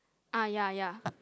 ah ya ya